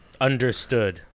understood